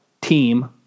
team